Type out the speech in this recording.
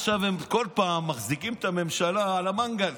עכשיו הם כל פעם מחזיקים את הממשלה על המנגל.